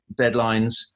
deadlines